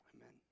amen